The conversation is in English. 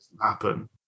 Happen